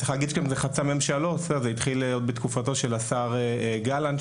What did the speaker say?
התכנית הזו גם חצתה ממשלות; היא התחילה עוד בתקופתו של השר גלנט,